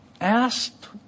asked